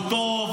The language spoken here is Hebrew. הוא טוב,